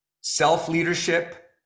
Self-leadership